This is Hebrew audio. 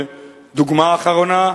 בדוגמה אחרונה,